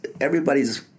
everybody's